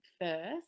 first